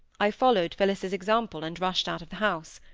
i followed phillis's example, and rushed out of the house.